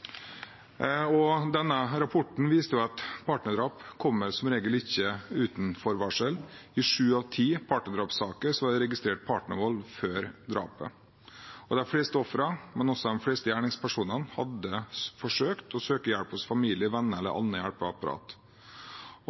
og beredskapsdepartementet et forskningsprosjekt om partnerdrap i 2015. Denne rapporten viste at partnerdrap som regel ikke kommer uten forvarsel. I sju av ti partnerdrapssaker er det registrert partnervold før drapet. De fleste ofrene og de fleste gjerningspersonene hadde forsøkt å søke hjelp hos familie, venner eller annet hjelpeapparat.